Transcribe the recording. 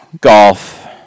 golf